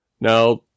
Now